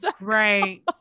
right